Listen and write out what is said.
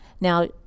Now